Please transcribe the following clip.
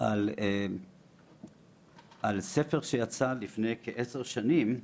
על ספר שיצא לפני כעשר שנים,